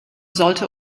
sollte